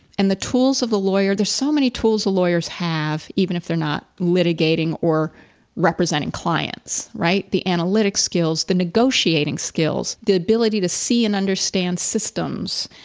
and the tools of the lawyer there's so many tools lawyers have, even if they're not litigating or representing clients, right, the analytic skills, the negotiating skills, the ability to see and understand systems,